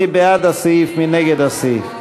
סעיף 12,